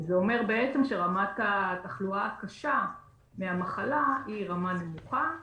זה אומר בעצם שרמת התחלואה הקשה מהמחלה היא רמה נמוכה,